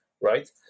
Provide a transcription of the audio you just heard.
right